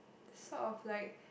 sort of like